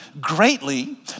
greatly